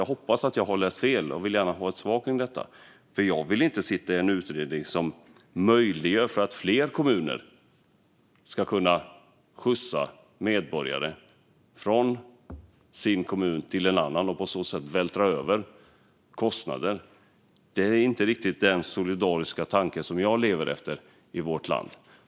Jag hoppas att jag hört fel och vill gärna ha ett svar på detta, för jag vill inte delta i en utredning som möjliggör att fler kommuner skjutsar medborgare till en annan kommun och på så sätt vältrar över kostnader. Det är inte den solidariska tanke som jag lever efter i vårt land.